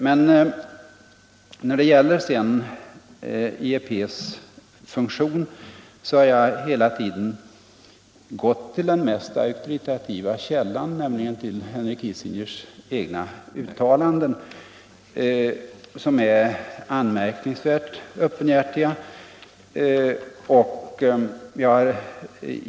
Men när det gäller IEP:s funktion har jag hela tiden gått till den mest auktoritativa källan, nämligen till Henry Kissingers egna uttalanden, som är anmärkningsvärt öppenhjärtiga.